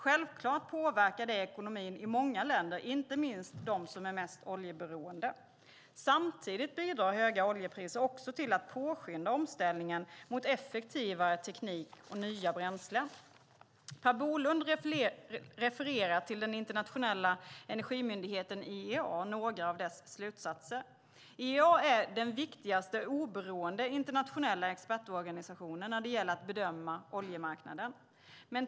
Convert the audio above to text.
Självklart påverkar det ekonomin i många länder, inte minst de som är mest oljeberoende. Samtidigt bidrar höga oljepriser också till att påskynda omställningen mot effektivare teknik och nya bränslen. Per Bolund refererar till den internationella energimyndigheten IEA och några av dess slutsatser. IEA är den viktigaste oberoende internationella expertorganisationen när det gäller att bedöma oljemarknaden.